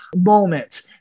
moment